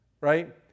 Right